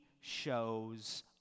shows